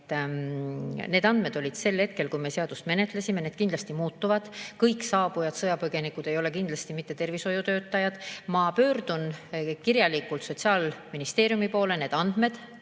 need andmed olid sel hetkel, kui me seadust menetlesime, need kindlasti muutuvad. Kõik saabujad, sõjapõgenikud ei ole kindlasti mitte tervishoiutöötajad. Ma pöördun kirjalikult Sotsiaalministeeriumi poole ja te need andmed